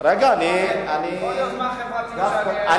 כל יוזמה חברתית שהעליתי, הוא הפיל.